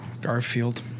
Garfield